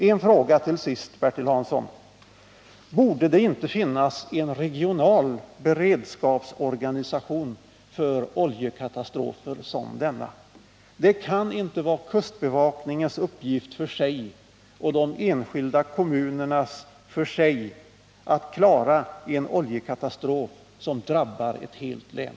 En fråga till sist, Bertil Hansson: Borde det inte finnas en regional beredskapsorganisation för oljekatastrofer som denna? Det kan inte vara kustbevakningens och de enskilda kommunernas uppgift att var för sig klara en oljekatastrof som drabbar ett helt län.